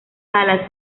salas